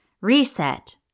Reset